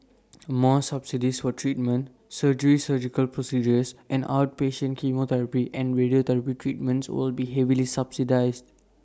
more subsidies for treatment surgery surgical procedures and outpatient chemotherapy and radiotherapy treatments will be more heavily subsidised